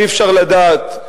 אי-אפשר לדעת,